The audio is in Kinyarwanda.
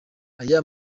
aya